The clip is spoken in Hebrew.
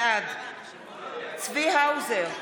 בעד צבי האוזר,